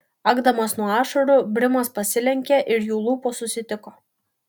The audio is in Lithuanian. akdamas nuo ašarų brimas pasilenkė ir jų lūpos susitiko